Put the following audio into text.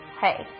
Hey